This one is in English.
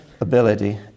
ability